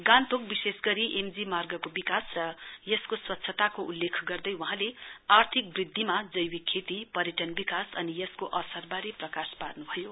गान्तोक विशेष गरी M G मार्गको विकास र यसको स्वच्छताको उल्लेख गर्दै वहाँले आर्थिक वृद्धिमा जैविक खेती पर्यटन विकास अनि यसको असरवारे प्रकाश पार्न् भयो